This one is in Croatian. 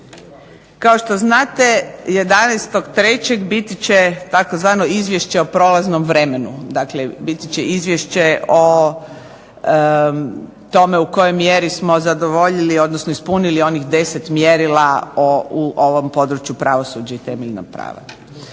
Kao što znate 11. 3. biti će tzv. Izvješće o prolaznom vremenu, biti će izvješće o tome kojoj mjeri smo zadovoljili, ispunili onih 10 mjerila u ovom poglavlju pravosuđa i temeljnih prava.